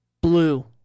Blue